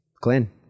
Glenn